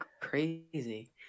crazy